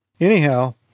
Anyhow